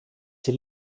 sie